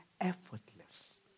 effortless